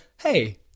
Hey